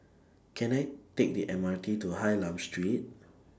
Can I Take The M R T to Hylam Street